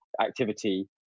activity